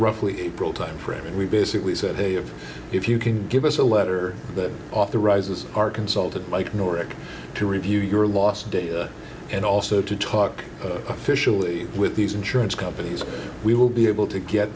roughly april timeframe and we basically said hey if if you can give us a letter that authorizes our consultant like nordic to review your last days and also to talk officially with these insurance companies we will be able to get